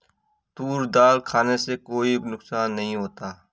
तूर दाल खाने से कोई नुकसान नहीं होता